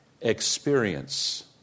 experience